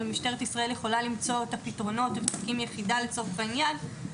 משטרת ישראל יכולה למצוא את הפתרונות אם תקים יחידה לצורך העניין,